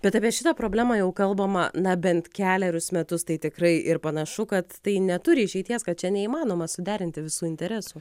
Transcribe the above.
bet apie šitą problemą jau kalbama na bent kelerius metus tai tikrai ir panašu kad tai neturi išeities kad čia neįmanoma suderinti visų interesų